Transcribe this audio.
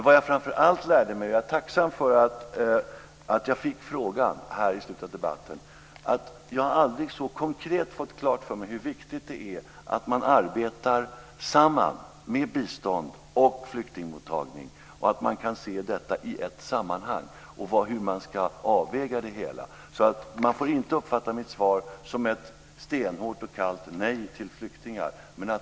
Vad jag framför allt lärde mig - jag är tacksam för att jag i slutet av debatten fick den frågan - är att jag aldrig så konkret fått klart för mig hur viktigt det är att man arbetar samman med bistånd och flyktingmottagning och att detta kan ses i ett sammanhang och hur man ska avväga det hela. Man får alltså inte uppfatta mitt svar som ett stenhårt och kallt nej till flyktingar.